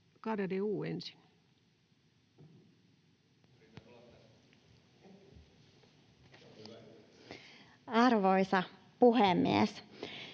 Garedew ensin. Arvoisa puhemies!